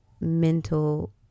mental